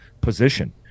position